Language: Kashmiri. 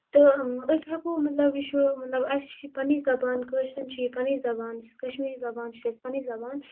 تہٕ أسۍ ہیکو نہٕ مطلب یہِ چھُ مطلب اَسہِ چھِ یہِ پَننی زبان کٲشرٮ۪ن چھِ یہِ پَننٕۍ زبان یہِ چھِ کشمیری زبان یہِ چھِ اَسہِ پَنٕنۍ زبان